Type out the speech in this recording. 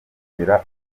kugera